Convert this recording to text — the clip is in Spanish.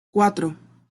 cuatro